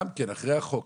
גם אחרי החוק,